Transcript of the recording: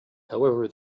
however